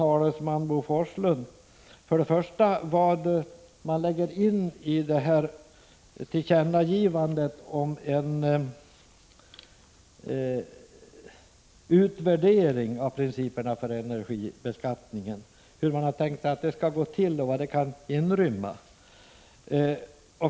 Z—G Vissa inkomstförstärk För det första: Vad lägger man in i tillkännagivandet om en utvärdering av principerna för energibeskattningen? Hur har man tänkt att denna utvärdering skall gå till, och vad skall den inrymma?